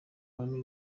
rurimi